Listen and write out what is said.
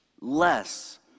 less